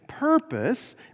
purpose